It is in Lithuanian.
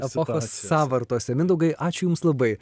epochos sąvartose mindaugai ačiū jums labai